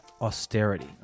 Austerity